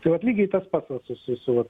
tai vat lygiai tas pats vat su su su